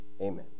Amen